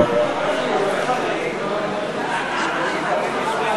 חברת הכנסת